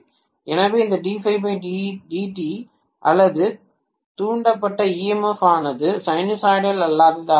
எனவே நான் have அல்லது தூண்டப்பட்ட emf ஆனது சைனூசாய்டல் அல்லாததாக இருக்கும்